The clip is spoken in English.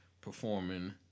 performing